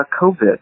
covid